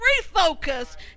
refocus